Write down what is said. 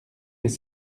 les